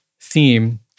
theme